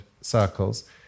circles